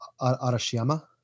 Arashiyama